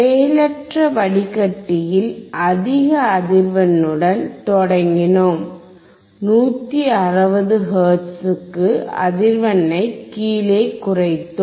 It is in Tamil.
செயலற்ற வடிகட்டியில் அதிக அதிர்வெண்ணுடன் தொடங்கினோம் 160 ஹெர்ட்ஸுக்குக்அதிர்வெண்ணை கீழே குறைத்தோம்